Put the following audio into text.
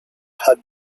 had